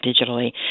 digitally